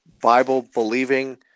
Bible-believing